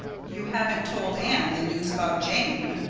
you haven't told anne the news about jane,